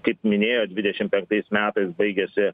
kaip minėjot dvidešim penktais metais baigiasi